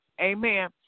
Amen